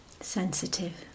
sensitive